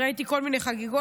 כי ראיתי כל מיני חגיגות,